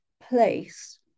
place